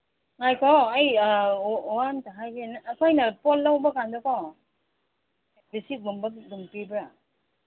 ꯉꯥꯏꯈꯣ ꯑꯩ ꯋꯥ ꯑꯝꯇ ꯍꯥꯏꯒꯦ ꯑꯩꯈꯣꯏꯅ ꯄꯣꯠ ꯂꯧꯕꯀꯥꯟꯗꯀꯣ ꯔꯤꯁꯤꯞꯀꯨꯝꯕ ꯑꯗꯨꯝ ꯄꯤꯕ꯭ꯔꯥ